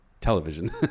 television